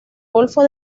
golfo